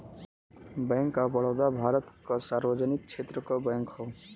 bank of Baroda Bharat क सार्वजनिक क्षेत्र क बैंक हौ